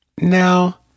Now